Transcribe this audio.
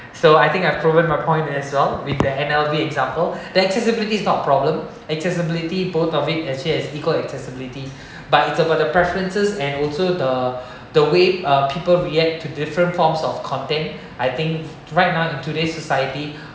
so I think I've proven my point as well with the N_L_B example that accessibility is not a problem accessibility both of it actually has equal accessibility but it's about the preferences and also the the way people react to different forms of content I think right now in today's society